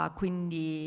quindi